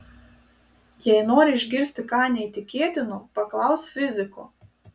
jei nori išgirsti ką neįtikėtino paklausk fiziko